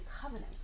covenant